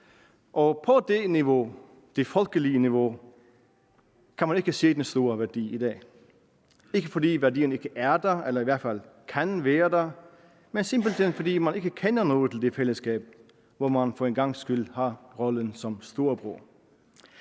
det folkelige niveau, kan man ikke se den store værdi i dag; ikke fordi værdierne ikke er der eller i hvert fald kan være der, men simpelt hen fordi man ikke kender noget i det fællesskab, hvor man for en gangs skyld har rollen som storebror.